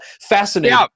fascinating